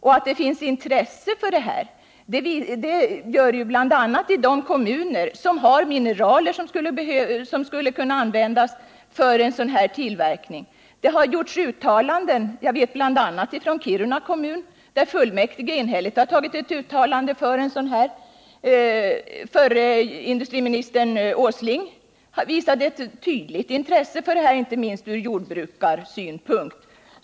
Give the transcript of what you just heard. Intresse för en konstgödselfabrik finns bl.a. i de kommuner som har mineral som skulle kunna användas för konstgödseltillverkning. Det har gjorts uttalanden, bl.a. från Kiruna kommun, där man tagit ett uttalande för en konstgödselfabrik. Förre industriministern Åsling visade också ett tydligt intresse för det, inte minst från jordbrukarsynpunkt.